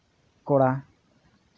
ᱠᱚᱲᱟ